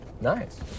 nice